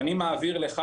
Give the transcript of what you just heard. שכשאני מעביר לך,